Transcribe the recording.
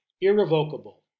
irrevocable